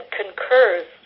concurs